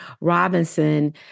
Robinson